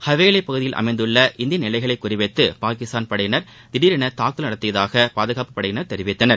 ஹவேலி பகுதியில் அமைந்துள்ள இந்திய நிலைகளை குறிவைத்து பாகிஸ்தான் படையினர் திடரென தாக்குதல் நடத்தியதாக பாதுகாப்புப் படையினர் தெரிவித்தனர்